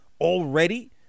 already